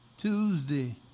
Tuesday